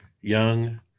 young